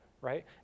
right